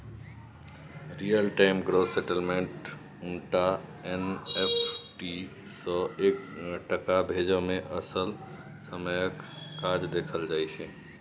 real time gross सेटलमेंटक उनटा NFT सँ टका भेजय मे असल समयक काज देखल जाइ छै